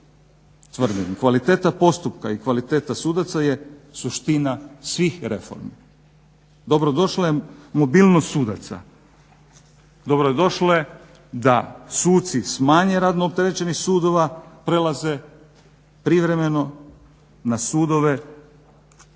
tvrdim kvaliteta postupka i kvaliteta sudaca je suština svih reformi. Dobro došle mobilnost sudaca, dobro došle da suci smanje radno opterećenih sudova, prelaze privremeno na sudove koji